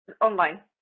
online